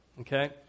Okay